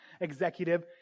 executive